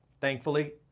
thankfully